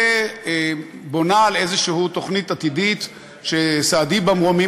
ובונה על איזו תוכנית עתידית שסהדי במרומים